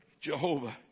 Jehovah